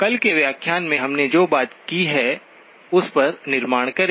कल के व्याख्यान में हमने जो बात की है उस पर निर्माण करें